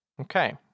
Okay